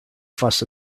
fuss